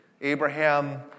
Abraham